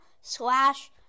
slash